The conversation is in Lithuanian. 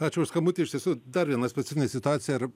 ačiū už skambutį iš tiesų dar viena specifinė situacija ar